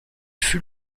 fut